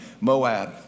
Moab